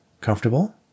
Comfortable